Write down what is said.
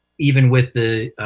even with the